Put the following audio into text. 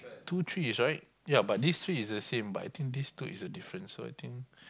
two trees right yea but this tree is the same but I think this two is the differences so I think